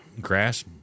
grass